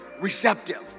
receptive